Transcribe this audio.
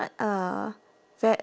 like uh ve~